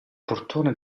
portone